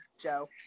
Joe